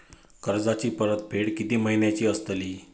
कर्जाची परतफेड कीती महिन्याची असतली?